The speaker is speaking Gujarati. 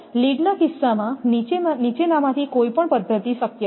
લીડના કિસ્સામાં નીચેનીમાંથી કોઈપણ પદ્ધતિ શક્ય છે